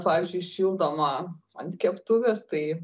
pavyzdžiui šildoma ant keptuvės tai